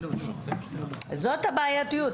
זאת הבעייתיות.